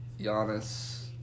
Giannis